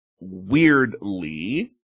weirdly